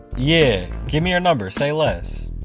yeah, give me her number, say less.